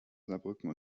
saarbrücken